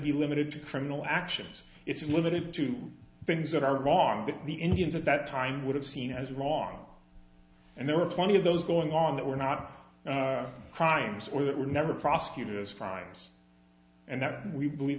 be limited to criminal actions it's limited to things that are wrong that the indians at that time would have seen as wrong and there were plenty of those going on that were not crimes or that would never prosecuted as crimes and that we believe